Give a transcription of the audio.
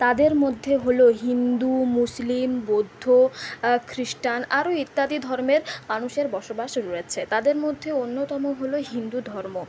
তাদের মধ্যে হল হিন্দু মুসলিম বৌদ্ধ খ্রিষ্টান আরো ইত্যাদি ধর্মের মানুষের বসবাস রয়েছে তাদের মধ্যে অন্যতম হল হিন্দু ধর্ম